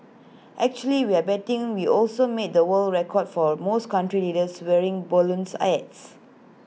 actually we're betting we also made the world record for most country leaders wearing balloons hats